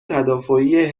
تدافعی